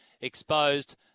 Exposed